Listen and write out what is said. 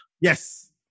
Yes